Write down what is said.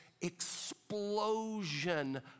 explosion